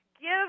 Give